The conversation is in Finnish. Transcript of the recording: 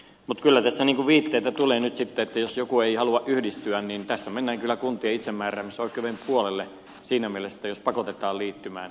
mutta kyllä tässä viitteitä tulee nyt sitten siitä että jos joku ei halua yhdistyä niin mennään kyllä kuntien itsemääräämisoikeuden puolelle siinä mielessä jos pakotetaan liittymään johonkin yhteisöön